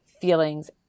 feelings